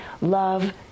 love